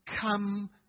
come